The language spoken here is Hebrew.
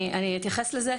אני אתייחס לזה.